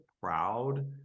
proud